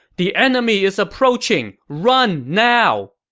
the enemy is approaching! run now!